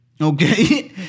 okay